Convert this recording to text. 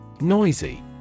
Noisy